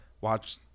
watch